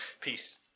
Peace